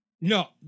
No